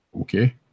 Okay